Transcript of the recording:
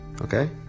okay